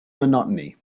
monotony